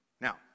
Now